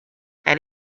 and